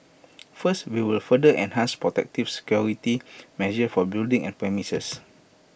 first we will further enhance protective security measures for buildings and premises